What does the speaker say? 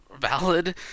valid